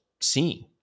seeing